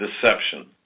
deception